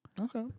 Okay